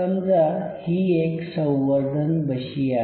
समजा ही एक संवर्धन बशी आहे